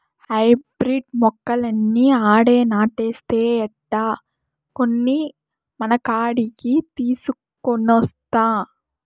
hybrid మొక్కలన్నీ ఆడే నాటేస్తే ఎట్టా, కొన్ని మనకాడికి తీసికొనొస్తా